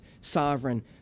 sovereign